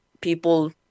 people